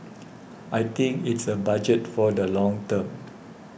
I think it's a budget for the long term